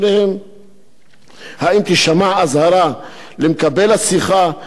האם תישמע אזהרה למקבל השיחה שהשיחה היא מבית-הסוהר